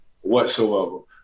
Whatsoever